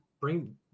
bring